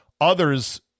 Others